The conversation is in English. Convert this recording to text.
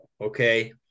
okay